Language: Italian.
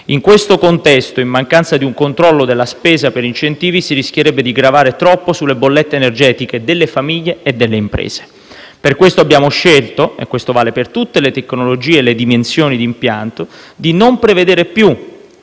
In questo contesto, in mancanza di un controllo della spesa per incentivi si rischierebbe di gravare troppo sulle bollette energetiche delle famiglie e delle imprese. Per questo abbiamo scelto - ciò vale per tutte le tecnologie e le dimensioni di impianto - di non prevedere più